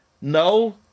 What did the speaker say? No